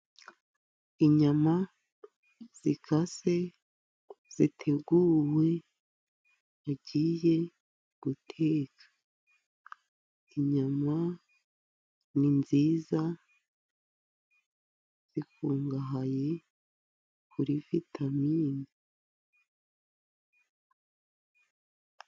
Inyama zikase ziteguwe bagiye guteka. Inyama ni nziza zikungahaye kuri vitamini.